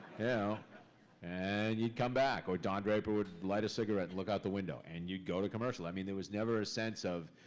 yeah and he'd come back or don draper would light a cigarette and look out the window, and you'd go to commercial. i mean there was never a sense of,